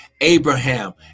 Abraham